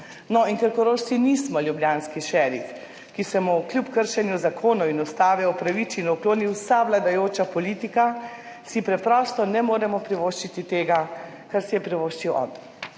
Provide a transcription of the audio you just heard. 2027.« Ker Korošci nismo ljubljanski šerif, ki se mu kljub kršenju zakonov in ustave opraviči in ukloni vsa vladajoča politika, si preprosto ne moremo privoščiti tega, kar si je privoščil on.